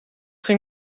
ging